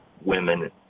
women